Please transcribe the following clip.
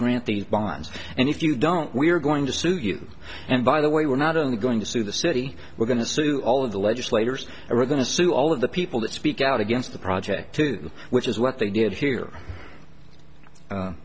grant these bonds and if you don't we are going to sue you and by the way we're not only going to sue the city we're going to sue all of the legislators are going to sue all of the people that speak out against the project which is what they did here